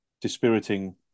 dispiriting